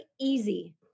easy